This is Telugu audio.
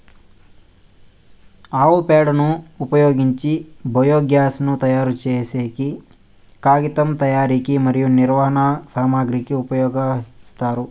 ఆవు పేడను ఉపయోగించి బయోగ్యాస్ ను తయారు చేసేకి, కాగితం తయారీకి మరియు నిర్మాణ సామాగ్రి కి ఉపయోగిస్తారు